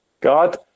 God